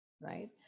right